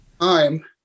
time